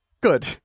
good